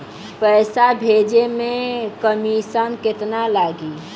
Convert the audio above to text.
पैसा भेजे में कमिशन केतना लागि?